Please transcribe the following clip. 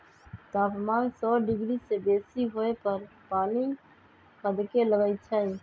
तापमान सौ डिग्री से बेशी होय पर पानी खदके लगइ छै